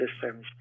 systems